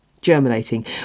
germinating